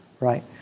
right